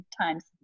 times